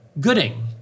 Gooding